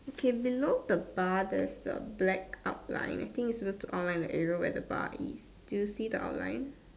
okay below the bar there's a black outline I think is supposed to outline the area where the bar is do you see the outline